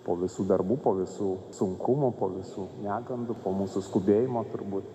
po visų darbų po visų sunkumų po visų negandų po mūsų skubėjimo turbūt